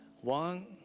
One